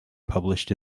published